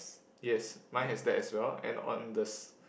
yes mine has that as well and on this